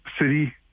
city